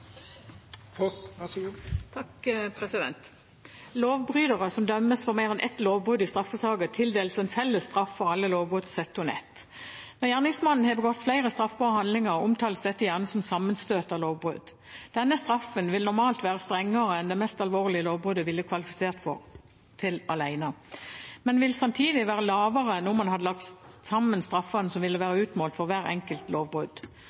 Lovbrytere som dømmes for mer enn ett lovbrudd i straffesaker, tildeles en felles straff for alle lovbrudd sett under ett. Når gjerningsmannen har begått flere straffbare handlinger, omtales dette gjerne som sammenstøt av lovbrudd. Denne straffen vil normalt være strengere enn det det mest alvorlige lovbruddet ville kvalifisert til alene, men samtidig være lavere enn om man hadde lagt sammen straffene som ville være utmålt for hvert enkelt lovbrudd.